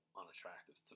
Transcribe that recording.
unattractive